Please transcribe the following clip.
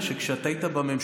אני רק אומר שכשאתה היית בממשלה,